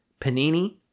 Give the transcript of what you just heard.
Panini